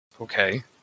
Okay